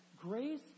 Grace